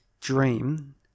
dream